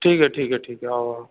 ठीक है ठीक है ठीक है आओ आओ